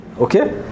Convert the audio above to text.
okay